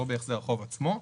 לא בהחזר החוב עצמו,